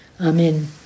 Amen